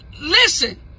Listen